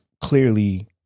clearly